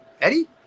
Eddie